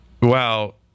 Wow